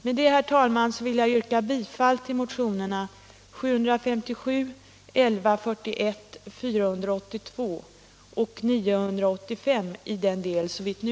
Med detta, herr talman, yrkar jag bifall till motionerna 757, 1141, 482 och 987.